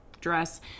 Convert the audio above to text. dress